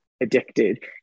Addicted